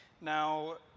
Now